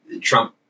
Trump